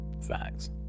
facts